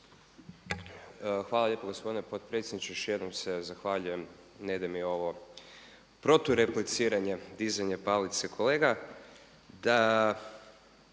Hvala lijepo gospodine potpredsjedniče. Još jednom se zahvaljujem, ne ide mi ovo proturepliciranje dizanje palice. Kolega,